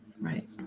Right